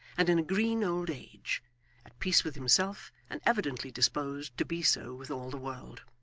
and in a green old age at peace with himself, and evidently disposed to be so with all the world.